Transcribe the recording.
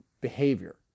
behavior